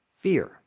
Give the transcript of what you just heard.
fear